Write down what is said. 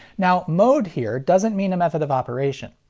now, mode here doesn't mean a method of operation.